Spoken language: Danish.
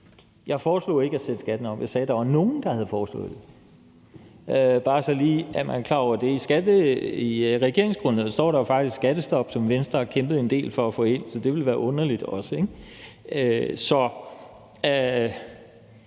Jeg foreslog ikke at sætte skatten op; jeg sagde, at der var nogen, der havde foreslået det. Og der står – bare så man lige er klar over det – i regeringsgrundlaget står der jo faktisk nævnt skattestop, som Venstre har kæmpet en del for at få ind. Så det ville også være underligt, ikke? Så